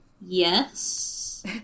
Yes